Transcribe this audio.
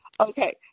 Okay